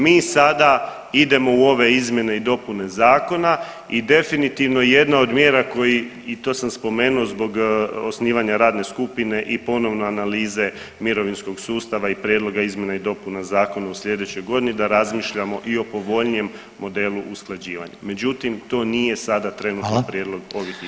Mi sada idemo u ove izmjene i dopune zakona i definitivno jedna od mjera koji, i to sam spomenuo zbog osnivanja radne skupine i ponovne analize mirovinskog sustava i prijedloga izmjena i dopuna zakona u slijedećoj godini da razmišljamo i o povoljnijem modelu usklađivanja, međutim to nije sada trenutno prijedlog ovih izmjena.